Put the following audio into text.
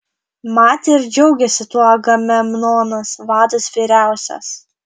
matė ir džiaugėsi tuo agamemnonas vadas vyriausias